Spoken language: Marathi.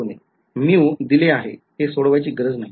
µ दिले आहे ते सोडवण्याची गरज नाही